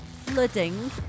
flooding